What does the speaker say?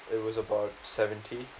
it was about seventy